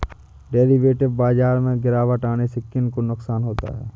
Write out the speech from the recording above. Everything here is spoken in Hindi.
डेरिवेटिव बाजार में गिरावट आने से किन को नुकसान होता है?